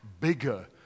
Bigger